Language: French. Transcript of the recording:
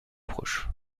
proche